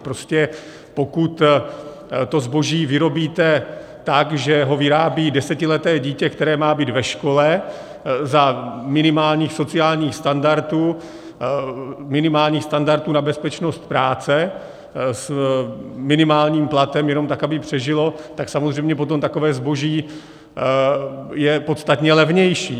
Prostě pokud to zboží vyrobíte tak, že ho vyrábí desetileté dítě, které má být ve škole, za minimálních sociálních standardů, minimálních standardů na bezpečnost práce, s minimálním platem jenom tak, aby přežilo, tak samozřejmě potom takové zboží je podstatně levnější.